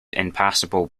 impassable